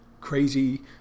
crazy